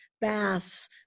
baths